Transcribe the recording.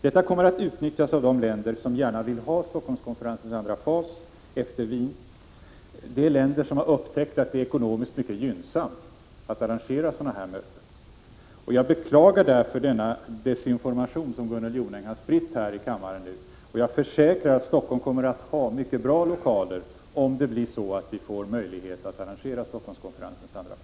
Detta kommer att utnyttjas av de länder som gärna vill ha Stockholmskonferensens andra fas efter Wien, de länder som har upptäckt att det är ekonomiskt mycket gynnsamt att arrangera sådana möten. Jag beklagar därför den desinformation som Gunnel Jonäng nu har spritt i kammaren. Jag försäkrar att Stockholm kommer att ha mycket bra lokaler om vi får möjlighet att arrangera Stockholmskonferensens andra fas.